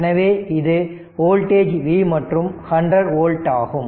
எனவே இது voltage V மற்றும் 100 வோல்ட் ஆகும்